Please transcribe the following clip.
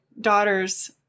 daughter's